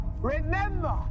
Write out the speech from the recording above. Remember